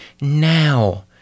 Now